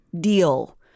deal